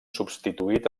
substituït